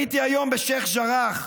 הייתי היום בשייח' ג'ראח.